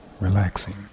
relaxing